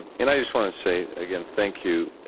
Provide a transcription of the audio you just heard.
and i just want to say again thank you.